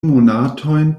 monatojn